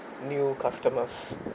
new customers